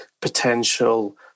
potential